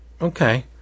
okay